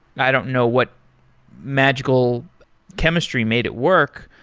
i don't know what magical chemistry made it work.